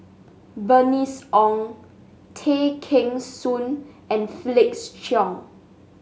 Bernice Ong Tay Kheng Soon and Felix Cheong